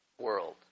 world